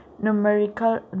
numerical